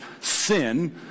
sin